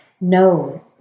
no